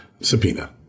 subpoena